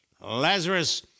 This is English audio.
Lazarus